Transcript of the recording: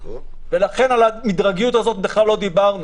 על המדרגיות הזאת בכלל לא דיברנו.